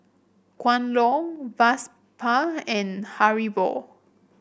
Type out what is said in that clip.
Kwan Loong Vespa and Haribo